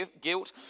guilt